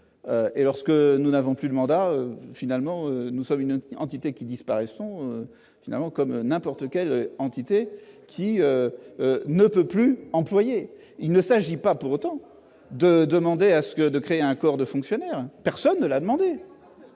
; lorsque nous n'avons plus de mandat, nous sommes une entité qui disparaît, comme n'importe quelle entité qui ne peut plus employer. Il ne s'agit pas pour autant de proposer la création d'un corps de fonctionnaires ! Personne ne l'a demandé.